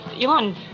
Elon